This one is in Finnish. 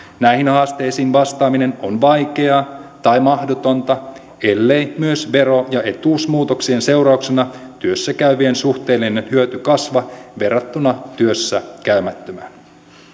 näihin haasteisiin vastaaminen on vaikeaa tai mahdotonta ellei myös vero ja etuusmuutoksien seurauksena työssä käyvien suhteellinen hyöty kasva verrattuna työssä käymättömään